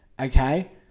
okay